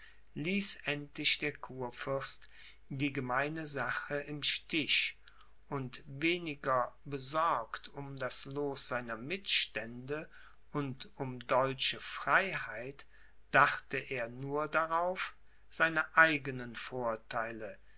ließ endlich der kurfürst die gemeine sache im stich und weniger besorgt um das loos seiner mitstände und um deutsche freiheit dachte er nur darauf seine eigenen vortheile